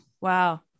Wow